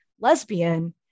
lesbian